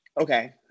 okay